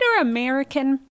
American